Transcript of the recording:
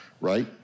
right